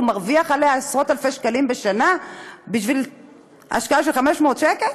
מרוויח עליה עשרות אלפי שקלים בשנה בשביל השקעה של 500 שקל?